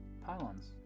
pylons